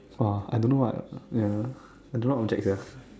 !wah! I don't know what ya I don't know what object sia